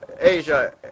Asia